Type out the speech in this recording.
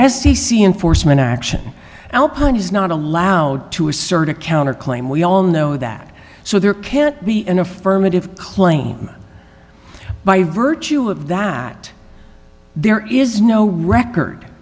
t c enforcement action alpine is not allowed to assert a counter claim we all know that so there can't be an affirmative claim by virtue of that there is no record